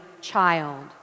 child